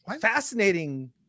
fascinating